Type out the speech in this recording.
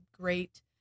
great